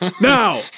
now